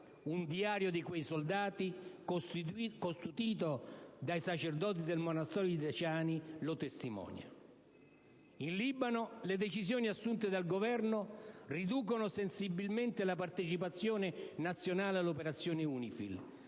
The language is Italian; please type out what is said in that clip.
Un diario di quei soldati, custodito dai sacerdoti del monastero di Decani, lo testimonia. In Libano, le decisioni assunte dal Governo riducono sensibilmente la partecipazione nazionale all'operazione UNIFIL,